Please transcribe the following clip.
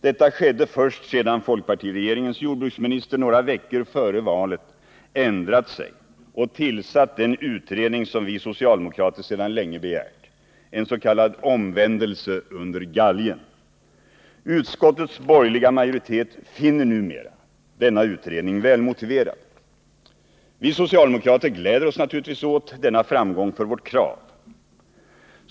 Detta skedde först sedan folkpartiregeringens jordbruksminister några veckor före valet ändrat sig och tillsatt den utredning som vi socialdemokrater sedan länge begärt — en s.k. omvändelse under galgen. Utskottets borgerliga majoritet finner numera denna utredning välmotiverad. Vi socialdemokrater gläder oss naturligtvis åt denna framgång för vårt krav.